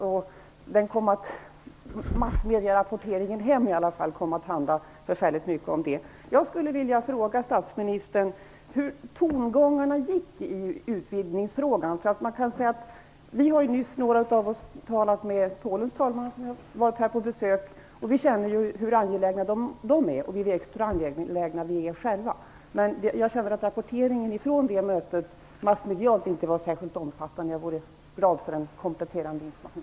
I alla fall massmedierapporteringen hem kom förfärligt mycket att handla om den saken. Jag skulle vilja fråga statsministern om tongångarna i utvidgningsfrågan. Några av oss har ju nyss talat med Polens talman, som varit här på besök. Vi känner hur angelägna de är och vi vet hur angelägna vi själva är. Men jag känner att rapporteringen från mötet massmedialt inte var särskilt omfattande. Jag vore därför glad om vi kunde få kompletterande information.